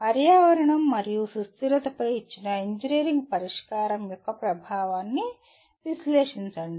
పర్యావరణం మరియు సుస్థిరతపై ఇచ్చిన ఇంజనీరింగ్ పరిష్కారం యొక్క ప్రభావాన్ని విశ్లేషించండి